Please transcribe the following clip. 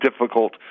difficult